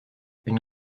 une